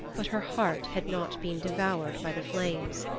but her heart had not been devoured by the flames.